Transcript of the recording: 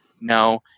No